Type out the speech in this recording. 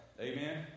Amen